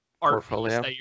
Portfolio